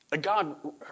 god